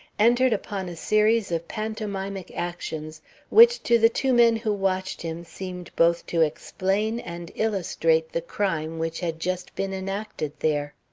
entered upon a series of pantomimic actions which to the two men who watched him seemed both to explain and illustrate the crime which had just been enacted there.